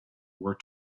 were